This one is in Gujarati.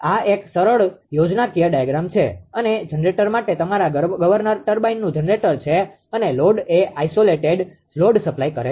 આ એક સરળ યોજનાકીય ડાયાગ્રામ છે અને જનરેટર માટે તમારા ગવર્નર ટર્બાઇન જનરેટર છે અને લોડ એ આઈસોલેટેડ લોડ સપ્લાય કરે છે